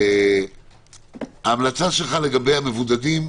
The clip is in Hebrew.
ההמלצה שלך לגבי המבודדים,